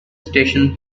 station